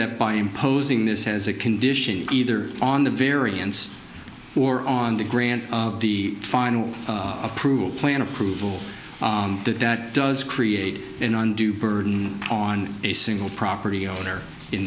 that by imposing this as a condition either on the variance or on the grant the final approval plan approval that that does create an undue burden on a single property owner in